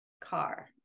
car